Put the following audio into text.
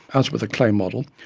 as with a clay model,